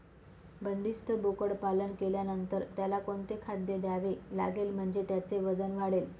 बंदिस्त बोकडपालन केल्यानंतर त्याला कोणते खाद्य द्यावे लागेल म्हणजे त्याचे वजन वाढेल?